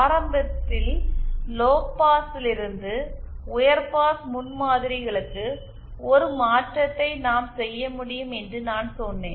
ஆரம்பத்தில் லோபாஸிலிருந்து உயர் பாஸ் முன்மாதிரிகளுக்கு ஒரு மாற்றத்தை நாம் செய்ய முடியும் என்று நான் சொன்னேன்